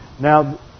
Now